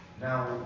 Now